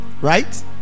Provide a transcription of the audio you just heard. right